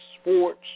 sports